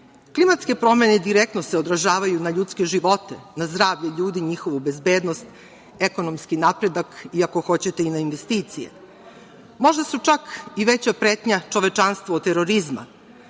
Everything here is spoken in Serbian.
Klimatske promene direktno se odražavaju na ljudske živote, na zdravlje ljudi, njihovu bezbednost, ekonomski napredak i ako hoćete na investicije. Možda su čak i veća pretnja čovečanstvu terorizma.